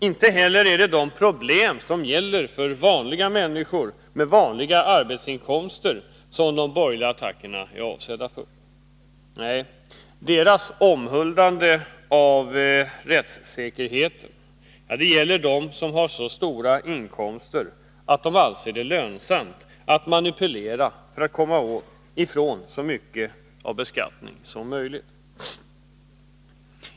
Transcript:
Inte heller är det de problem som gäller för vanliga människor, med vanliga arbetsinkomster, som de borgerliga attackerna är avsedda för. Nej, deras omhuldande av rättssäkerheten gäller dem som har så stora inkomster att de anser det lönsamt att manipulera för att komma ifrån så mycket av beskattningen som möjligt.